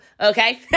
okay